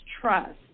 trust